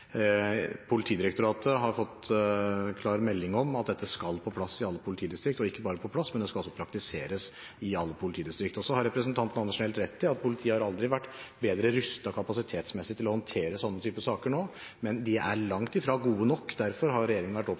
Politidirektoratet har fått klar melding om at dette skal på plass i alle politidistrikt, og ikke bare på plass, men det skal også praktiseres i alle politidistrikt. Så har representanten Andersen helt rett i at politiet aldri har vært bedre rustet kapasitetsmessig til å håndtere denne typen saker enn nå, men de er langt ifra gode nok. Derfor har regjeringen vært